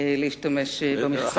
להשתמש במכסה.